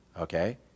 okay